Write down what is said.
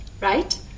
right